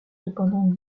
cependant